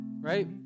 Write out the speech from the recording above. right